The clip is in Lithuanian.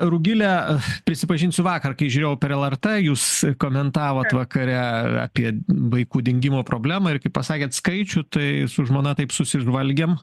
rugile prisipažinsiu vakar kai žiūrėjau per lrt jūs komentavot vakare apie vaikų dingimo problemą ir kai pasakėt skaičių tai su žmona taip susižvalgėm